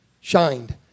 shined